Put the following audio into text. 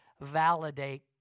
validate